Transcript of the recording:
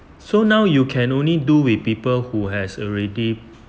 so now you can only do with people who has already